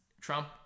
Trump